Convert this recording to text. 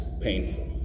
painful